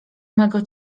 mego